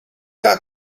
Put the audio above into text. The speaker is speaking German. gar